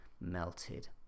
melted